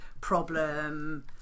problem